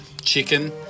chicken